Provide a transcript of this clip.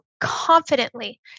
confidently